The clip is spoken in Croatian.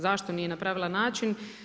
Zašto nije na pravilan način?